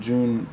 June